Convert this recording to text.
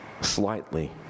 slightly